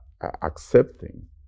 accepting